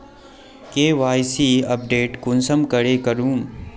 KYC update कुंसम करे करूम?